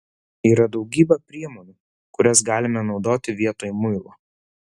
yra daugybė priemonių kurias galime naudoti vietoj muilo